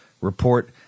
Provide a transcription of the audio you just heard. Report